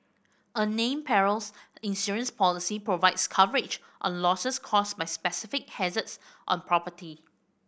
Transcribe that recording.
a named perils insurance policy provides coverage on losses caused by specific hazards on property